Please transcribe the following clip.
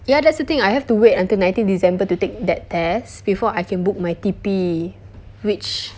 ya that's the thing I have to wait until nineteenth december to take that test before I can book my T_P which